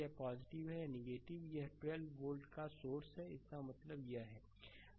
यह है यह 12 वोल्ट का सोर्स है इसका मतलब यह है